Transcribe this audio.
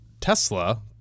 Tesla